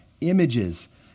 images